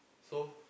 so